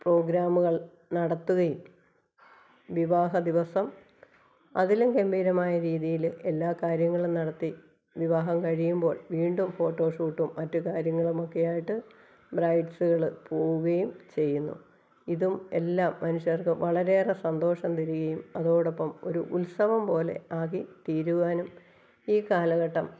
പ്രോഗ്രാമുകള് നടത്തുകയും വിവാഹദിവസം അതിലും ഗംഭീരമായ രീതിയില് എല്ലാ കാര്യങ്ങളും നടത്തി വിവാഹം കഴിയുമ്പോള് വീണ്ടും ഫോട്ടോഷൂട്ടും മറ്റ് കാര്യങ്ങളുമൊക്കെ ആയിട്ട് ബ്രൈട്സ്സ്കള് പോവുകയും ചെയ്യുന്നു ഇതും എല്ലാം മനുഷ്യര്ക്കും വളരെയേറെ സന്തോഷം തരികെയും അതോടൊപ്പം ഒരു ഉത്സവം പോലെ ആക്കി തീരുവാനും ഈ കാലഘട്ടം